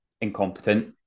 incompetent